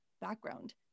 background